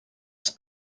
els